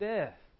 Death